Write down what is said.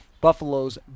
Buffalo's